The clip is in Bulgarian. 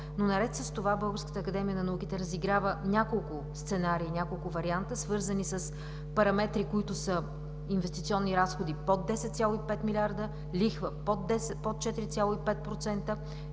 Наред с това Българската академия на науките разиграва няколко сценария и няколко варианта, свързани с параметрите, които са инвестиционни разходи под 10,5 млрд., лихва под 4,5%